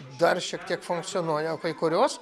dar šiek tiek funkcionuoja o kai kurios